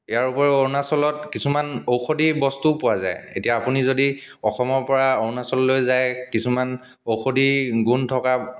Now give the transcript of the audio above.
ইয়াৰ ওপৰিও অৰুণাচলত কিছুমান ঔষধি বস্তুও পোৱা যায় এতিয়া আপুনি যদি অসমৰ পৰা অৰুণাচললৈ যায় কিছুমান ঔষধি গুণ থকা